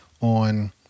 on